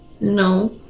No